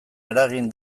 eragin